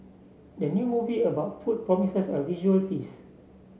the new movie about food promises a visual feast